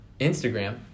Instagram